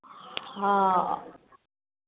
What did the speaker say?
हँ